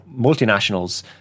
multinationals